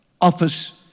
office